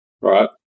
right